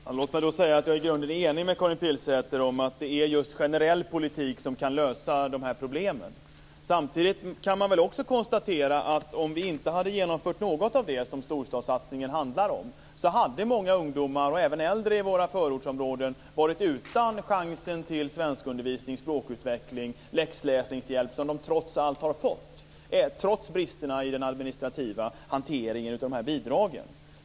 Fru talman! Låt mig då säga att jag i grunden är enig med Karin Pilsäter om att det är just generell politik som kan lösa de här problemen. Samtidigt kan man konstatera att om vi inte hade genomfört någonting av det som storstadssatsningen handlar om hade många ungdomar och även äldre i förortsområdena varit utan chansen till svenskundervisning, språkutveckling och läxläsningshjälp, som de har fått trots bristerna i den administrativa hanteringen av de här bidragen.